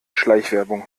schleichwerbung